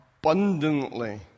abundantly